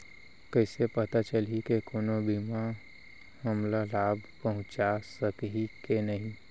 कइसे पता चलही के कोनो बीमा हमला लाभ पहूँचा सकही के नही